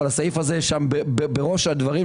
אבל הסעיף הזה בראש הדברים.